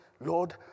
Lord